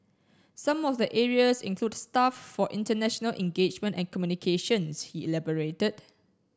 some of the areas include staff for international engagement and communications he elaborated